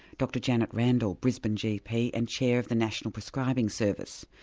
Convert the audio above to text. dr janette randall, brisbane gp and chair of the national prescribing service.